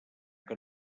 que